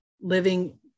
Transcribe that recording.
living